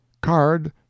Card